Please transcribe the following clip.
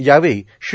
यावेळी श्री